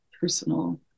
personal